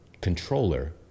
controller